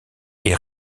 est